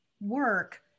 work